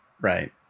Right